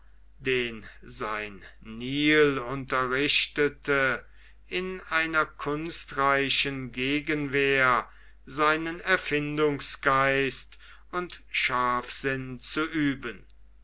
den sein nil unterrichtete in einer kunstreichen gegenwehr seinen erfindungsgeist und scharfsinn zu üben